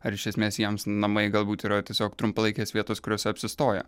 ar iš esmės jiems namai galbūt yra tiesiog trumpalaikės vietos kuriose apsistoja